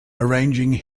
arranging